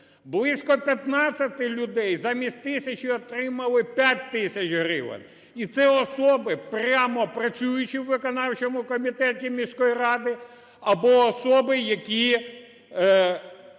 близько 15 людей замість тисячі отримали 5 тисяч гривень, і це особи прямо працюючі в виконавчому комітеті міської ради або особи, які